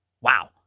Wow